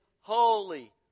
holy